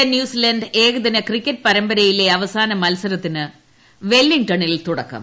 India New Zealand ഏകദിന cricket പരമ്പരയിലെ അവസാന മത്സരത്തിന് വെല്ലിംഗ്ടണിൽ തുടക്കം